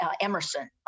Emerson